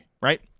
Right